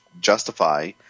justify